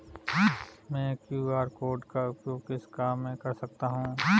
मैं QR code का उपयोग किस काम में कर सकता हूं?